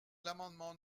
l’amendement